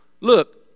Look